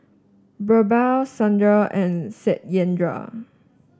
BirbaL Sundar and Satyendra